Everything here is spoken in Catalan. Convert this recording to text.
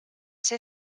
ser